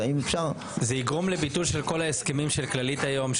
זה יגרום לביטול של כל ההסכמים של כללית היום,